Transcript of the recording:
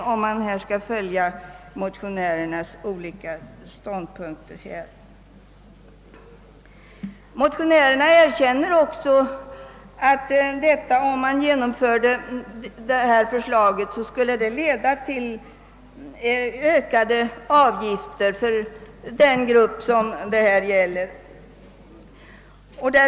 De erkänner också att ett genomförande av deras förslag skulle leda till ökade avgifter för den grupp det här gäller.